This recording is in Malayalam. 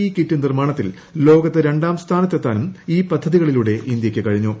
ഇ കിറ്റ നിർമാണത്തിൽ ലോകത്ത് രണ്ടാം സ്ഥാനത്തെത്താനും ഈ പദ്ധതികളിലൂടെ ഇന്ത്യക്ക് കഴിഞ്ഞു